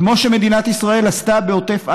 כמו שמדינת ישראל עשתה בעוטף עזה,